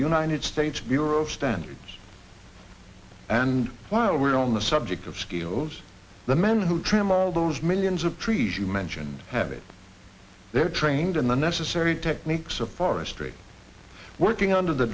united states bureau of standards and while we're on the subject of skills the men who trim all those millions of trees you mentioned have it they are trained in the necessary techniques of forestry working under the